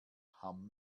hamm